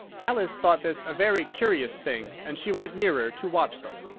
alice thought this a very curious thing, and she went nearer to watch them,